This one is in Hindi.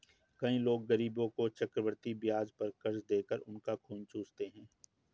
कई लोग गरीबों को चक्रवृद्धि ब्याज पर कर्ज देकर उनका खून चूसते हैं